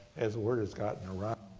as the word has gotten around,